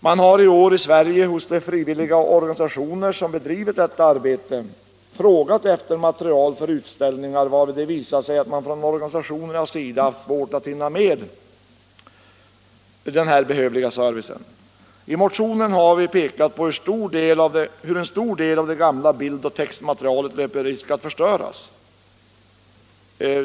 Man har i år i Sverige hos de frivilliga organisationer, som bedrivit detta arbete, frågat efter material för utställningar varvid det visat sig att man från organisationernas sida haft svårt att hinna med den här behövliga servicen. I motionen har vi pekat på hur en stor del av det gamla bildoch textmaterialet löper risk att förstöras.